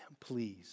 please